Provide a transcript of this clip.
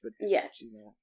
Yes